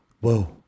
Whoa